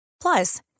Plus